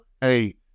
hey